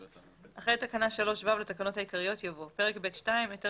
אחרי תקנה 3ו לתקנות העיקריות יבוא: "פרק ב'2: היתר